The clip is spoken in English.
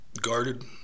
Guarded